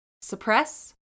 suppress